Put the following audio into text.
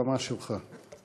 הבמה שלך.